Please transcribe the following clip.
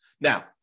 Now